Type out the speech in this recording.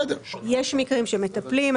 יש מקרים שמטפלים.